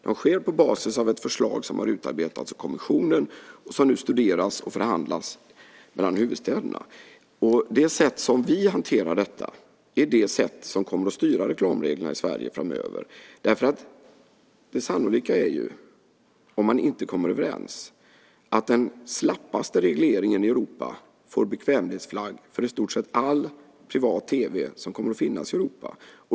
De sker på basis av ett förslag som har utarbetats av kommissionen och som nu studeras och förhandlas mellan huvudstäderna. Det sätt som vi hanterar detta på är det sätt som kommer att styra reklamreglerna i Sverige framöver. Det sannolika är, om man inte kommer överens, att den slappaste regleringen i Europa får bekvämlighetsflagg för i stort sett all privat tv som kommer att finnas i Europa.